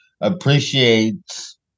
appreciates